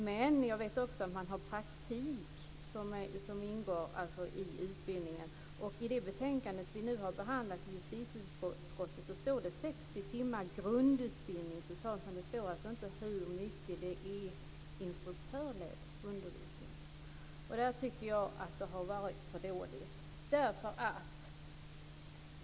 Men jag vet också att praktik ingår i utbildningen. I det betänkande vi nu har behandlat i justitieutskottet står det om totalt 60 timmar grundutbildning, men det står inte hur mycket av undervisningen som är instruktörledd. Där tycker jag att det har varit för dåligt.